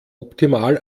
optimal